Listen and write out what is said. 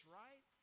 right